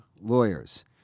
lawyers